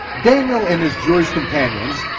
daniel and his jewish companions,